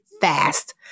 fast